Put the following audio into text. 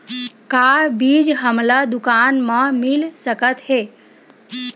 का बीज हमला दुकान म मिल सकत हे?